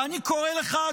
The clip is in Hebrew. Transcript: ואני קורא לך,